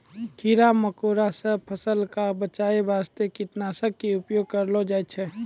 कीड़ा मकोड़ा सॅ फसल क बचाय वास्तॅ कीटनाशक के उपयोग करलो जाय छै